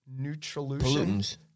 pollutants